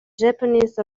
japanese